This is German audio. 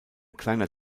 kleiner